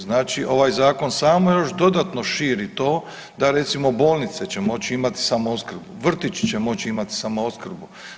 Znači ovaj zakon samo još dodatno širi to da recimo bolnice će moć imat samoopskrbu, vrtići će moć imat samoopskrbu.